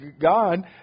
God